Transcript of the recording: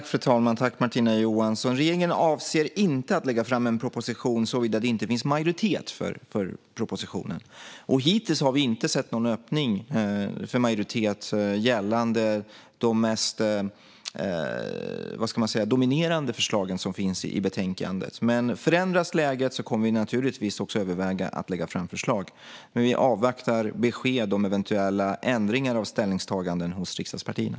Fru talman! Regeringen avser inte att lägga fram en proposition såvida det inte finns majoritet för propositionen. Hittills har vi inte sett någon öppning för majoritet gällande de mest dominerande förslagen som finns i betänkandet. Men förändras läget kommer vi naturligtvis också att överväga att lägga fram förslag. Men vi avvaktar besked om eventuella ändringar av ställningstaganden hos riksdagspartierna.